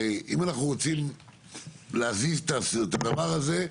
הרי אם אנחנו רוצים להזיז את הדבר הזה,